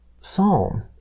Psalm